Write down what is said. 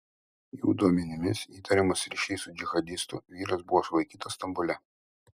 jų duomenimis įtariamas ryšiais su džihadistu vyras buvo sulaikytas stambule